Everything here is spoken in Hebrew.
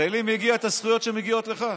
ולי מגיעות הזכויות שמגיעות לך.